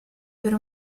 per